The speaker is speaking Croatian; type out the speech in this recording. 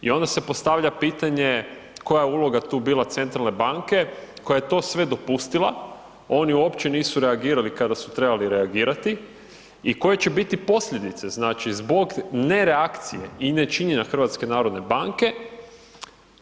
I onda se postavlja pitanje koja je uloga tu bila centralne banke koja je to sve dopustila, oni uopće nisu reagirali kada su trebali reagirati i koje će biti posljedice zbog ne reakcije i ne činjenja HNB-a?